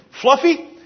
fluffy